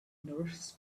nourishes